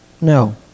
No